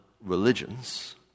religions